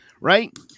right